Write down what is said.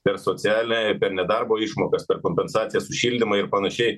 per socialinę per nedarbo išmokas tarp kompensacijos už šildymą ir panašiai